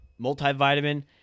Multivitamin